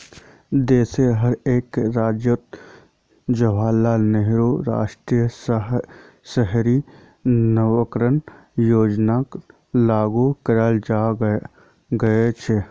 देशोंर हर एक राज्यअत जवाहरलाल नेहरू राष्ट्रीय शहरी नवीकरण योजनाक लागू कियाल गया छ